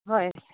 হয়